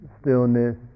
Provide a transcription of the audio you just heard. stillness